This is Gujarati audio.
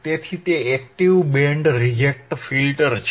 તેથી તે એક્ટીવ બેન્ડ રિજેક્ટ ફિલ્ટર છે